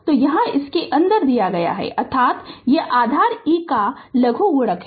तो यहाँ हैं इसके अंदर दिया गया है अर्थात यह आधार e का लघुगणक है